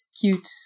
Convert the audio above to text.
Cute